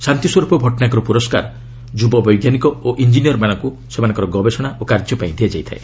ଶାନ୍ତିସ୍ୱର୍ପ ଭଟ୍ଟନାଗର ପୁରସ୍କାର ଯୁବ ବୈଜ୍ଞାନିକ ଓ ଇଞ୍ଜିନିୟର ମାନଙ୍କୁ ସେମାନଙ୍କର ଗବେଷଣା ଓ କାର୍ଯ୍ୟ ପାଇଁ ଦିଆଯାଇଥାଏ